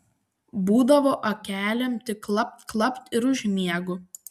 būdavo akelėm tik klapt klapt ir užmiegu